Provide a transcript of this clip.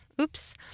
Oops